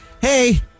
hey